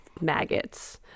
maggots